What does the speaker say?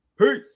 Peace